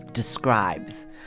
Describes